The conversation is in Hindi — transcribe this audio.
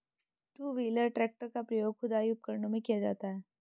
टू व्हीलर ट्रेक्टर का प्रयोग खुदाई उपकरणों में किया जाता हैं